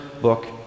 book